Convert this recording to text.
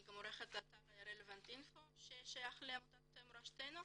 אני גם עורכת אתר "רלוונט אינפו" ששייך לעמותת "מורשתנו".